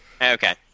Okay